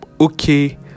okay